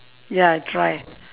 ya I'll try